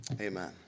Amen